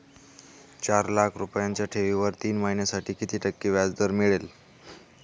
चार लाख रुपयांच्या ठेवीवर तीन महिन्यांसाठी किती टक्के व्याजदर मिळेल?